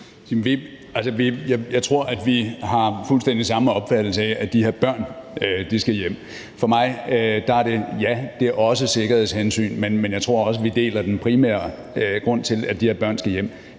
Jeg tror, at vi har fuldstændig samme opfattelse af, at de her børn skal hjem. For mig er det, ja, også af sikkerhedshensyn, men jeg tror også, at vi deler den primære grund til, at de her børn skal hjem,